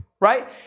right